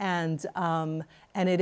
and and it